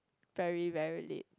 very very late